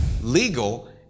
legal